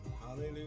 Hallelujah